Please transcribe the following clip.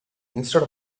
instead